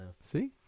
See